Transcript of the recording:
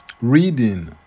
reading